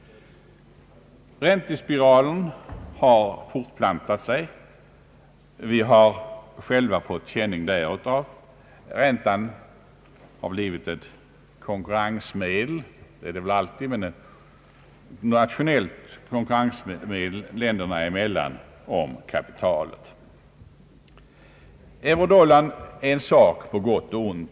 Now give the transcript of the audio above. Räntespiralen har fortplantat sig, och det har vi själva fått känning av. Räntan har som väl alltid blivit ett konkurrensmedel, men i detta fall ett rationellt konkurrensmedel om kapitalet länderna emellan. Eurodollarn är på gott och ont.